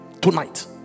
tonight